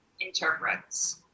interprets